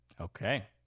Okay